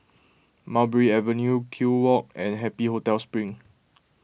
Mulberry Avenue Kew Walk and Happy Hotel Spring